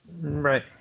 Right